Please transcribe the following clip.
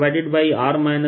r r